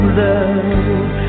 love